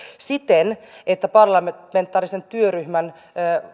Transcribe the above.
siten että parlamentaarisen työryhmän